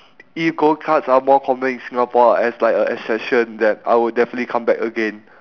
if go karts are more common in singapore as like a attraction then I would definitely come back again